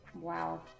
Wow